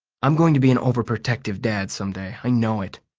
i'm going to be an overprotective dad someday, i know it.